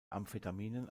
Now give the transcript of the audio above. amphetaminen